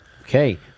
Okay